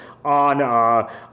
on